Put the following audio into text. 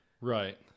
Right